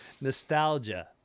Nostalgia